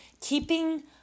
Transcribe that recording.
keeping